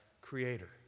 creator